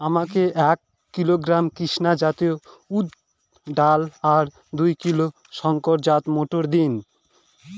আমাকে এক কিলোগ্রাম কৃষ্ণা জাত উর্দ ডাল আর দু কিলোগ্রাম শঙ্কর জাত মোটর দিন?